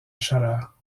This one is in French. chaleur